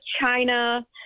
China